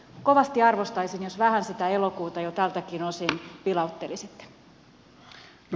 kovasti arvostaisin jos vähän sitä elokuuta jo tältäkin osin vilauttelisitte